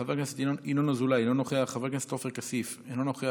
חבר הכנסת ינון אזולאי, אינו נוכח,